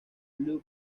blue